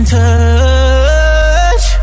touch